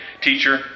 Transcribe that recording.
Teacher